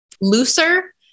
looser